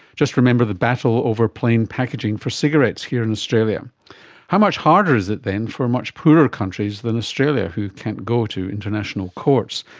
just remember the battle over plain packaging for cigarettes here in australia how much harder is it then for much poorer countries in australia who can't go to international courts?